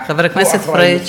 חבר הכנסת פריג',